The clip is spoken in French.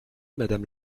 madame